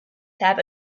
have